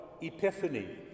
epiphany